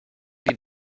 die